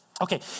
Okay